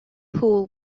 pool